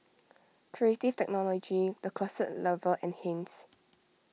Creative Technology the Closet Lover and Heinz